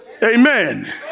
Amen